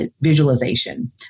visualization